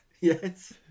Yes